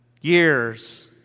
years